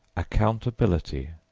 accountability,